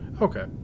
Okay